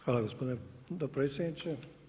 Hvala gospodine potpredsjedniče.